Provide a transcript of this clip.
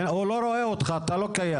הוא לא רואה אותך, אתה לא קיים.